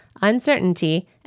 uncertainty